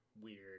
weird